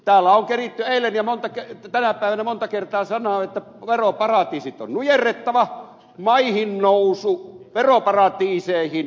täällä on keritty tänä päivänä jo monta kertaa sanoa että veroparatiisit on nujerrettava maihinnousu veroparatiiseihin välittömästi